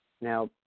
Now